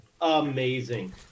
amazing